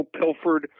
Pilford